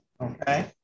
Okay